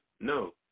No